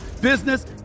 business